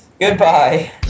Goodbye